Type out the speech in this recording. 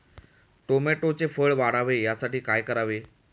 टोमॅटोचे फळ वाढावे यासाठी काय करावे?